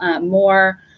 more